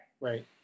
Right